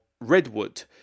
redwood